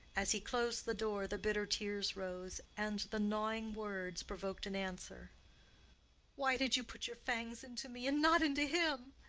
as he closed the door, the bitter tears rose, and the gnawing words provoked an answer why did you put your fangs into me and not into him?